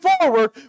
forward